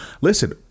listen